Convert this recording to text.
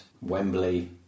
Wembley